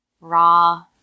raw